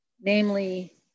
namely